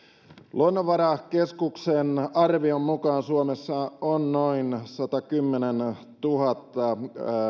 luonnonvarakeskuksen arvion mukaan suomessa on noin satakymmentätuhatta